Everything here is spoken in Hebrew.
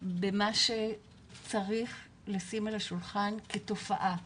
במה שצריך לשים על השולחן כתופעה.